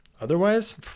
otherwise